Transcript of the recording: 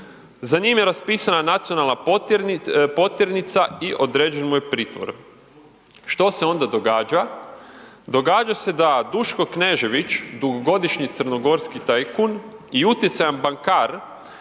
Za njih je raspisana nacionalna potjernica i određen mu je pritvor. Što se onda događa? Događa se da Duško Knežević, dugogodišnji crnogorski tajkun i utjecajan bankar